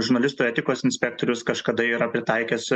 žurnalistų etikos inspektorius kažkada yra pritaikęs